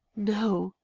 no!